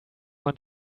want